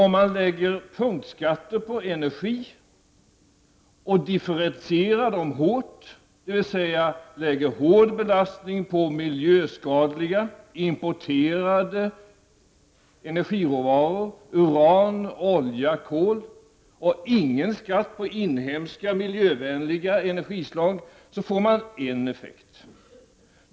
Om man lägger punktskatter på energi och differentierar dem kraftigt, dvs. lägger hård belastning på miljöskadliga, importerade energiråvaror — uran, olja och kol — men ingen skatt på inhemska, miljövänliga energislag, får man en effekt.